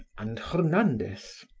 and jornandez.